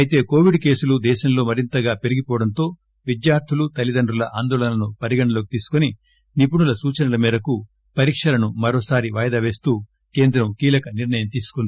అయితే కొవిడ్ కేసులు దేశంలో మరింతగా పెరిగిపోవడంతో విద్యార్థులు తల్లిదండ్రుల ఆందోళనలను పరిగణనలోకి తీసుకొని నిపుణుల సూచనల మేరకు పరీక్షలను మరోసారి వాయిదా పేస్తూ కేంద్రం కీలక నిర్లయం తీసుకుంది